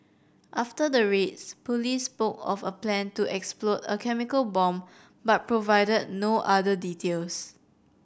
after the raids police spoke of a plan to explode a chemical bomb but provided no other details